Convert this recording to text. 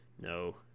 No